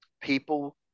people